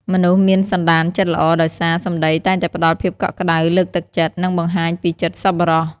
មនុស្សមានសន្តានចិត្តល្អដោយសារ សម្ដីតែងតែផ្ដល់ភាពកក់ក្ដៅ លើកទឹកចិត្ត និងបង្ហាញពីចិត្តសប្បុរស។